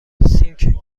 سینک